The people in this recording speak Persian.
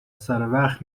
سروقت